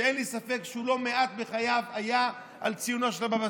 שאין לי ספק שהוא היה לא מעט בחייו על ציונו של הבבא סאלי,